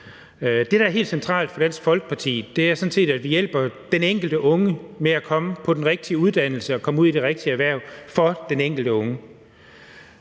Det, der er helt centralt for Dansk Folkeparti, er sådan set, at vi hjælper den enkelte unge med at komme på den rigtige uddannelse og komme ud i det rigtige erhverv. Som det også